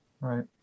Right